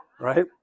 Right